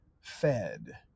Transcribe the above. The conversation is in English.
fed